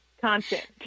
content